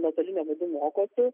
nuotoliniu būdu mokosi